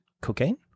cocaine